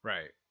Right